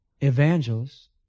evangelists